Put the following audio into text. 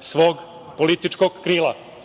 svog političkog krila?U